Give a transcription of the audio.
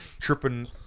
Tripping